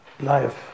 life